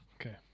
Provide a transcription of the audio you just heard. Okay